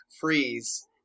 freeze